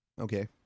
Okay